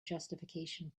justification